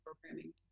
programming